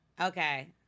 Okay